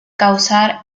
causar